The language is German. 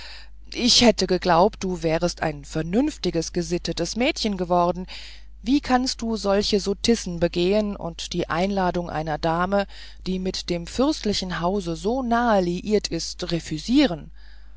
ich hätte geglaubt du wärest ein vernünftiges gesittetes mädchen geworden wie kannst du solche sottisen begehen und die einladungen einer dame die mit dem fürstlichen hause so nahe liiert ist